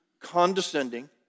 condescending